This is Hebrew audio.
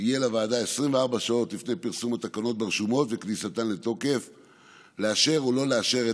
כל הארכה של מצב חירום תובא חמישה ימים מראש לאישור ועדת